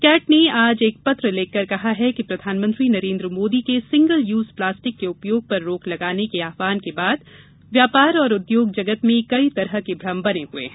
cat ने आज एक पत्र लिखकर कहा है कि प्रधानमंत्री नरेन्द्र मोदी के सिगल यूज प्लास्टिक के उपयोग पर रोक लगाने के आव्हान के बाद व्यापार और उद्योग जगत में कई तरह के भ्रम बने हुए है